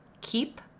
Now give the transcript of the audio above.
keep